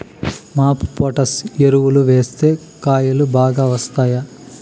MOP potash ఎరువులు వేస్తే కాయలు బాగా వస్తాయా?